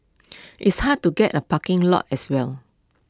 it's hard to get A parking lot as well